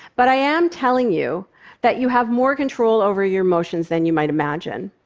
but i am telling you that you have more control over your emotions than you might imagine,